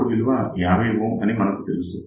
load విలువ 50 Ω అని మనకు తెలుసు